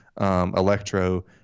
Electro